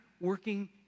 working